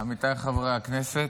עמיתיי חברי הכנסת,